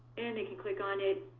and they can click on it,